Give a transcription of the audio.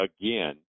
again